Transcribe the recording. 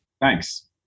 Thanks